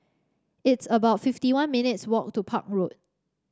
it's about fifty one minutes' walk to Park Road